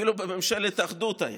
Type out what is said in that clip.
אפילו בממשלת האחדות היה,